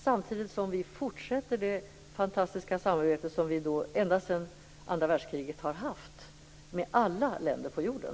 Samtidigt skall vi fortsätta det fantastiska samarbete som vi ända sedan andra världskriget har haft med alla länder på jorden.